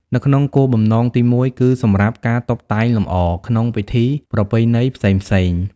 នៅក្នុងគោលបំណងទីមួយ គឺសម្រាប់ ការតុបតែងលម្អ ក្នុងពិធីប្រពៃណីផ្សេងៗ។